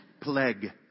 Plague